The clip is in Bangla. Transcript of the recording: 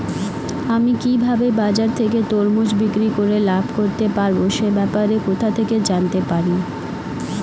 আমি কিভাবে বাজার থেকে তরমুজ বিক্রি করে লাভ করতে পারব সে ব্যাপারে কোথা থেকে জানতে পারি?